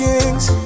Kings